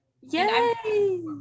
Yay